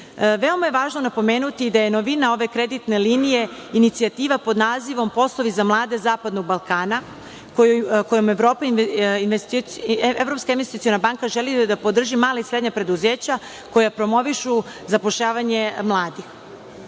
Veoma je važno napomenuti da je novina ove kreditne linije inicijativa pod nazivom „Poslovi za mlade zapadnog Balkana“ kojom Evropska investiciona banka želi da podrži mala i srednja preduzeća koja promovišu zapošljavanje mladih. Na